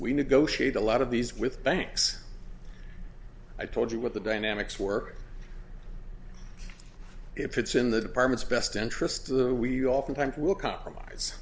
we negotiate a lot of these with banks i told you what the dynamics work if it's in the department's best interest of the we oftentimes will compromise